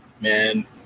Man